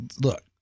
look